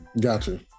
Gotcha